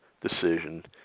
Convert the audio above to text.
decision